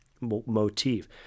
motif